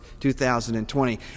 2020